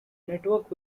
network